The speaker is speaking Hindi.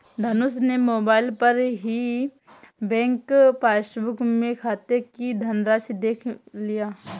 धनुष ने मोबाइल पर ही बैंक पासबुक में खाते की धनराशि देख लिया